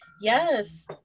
yes